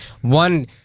One